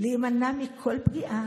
שלהם שדם הקורבנות על ידיי,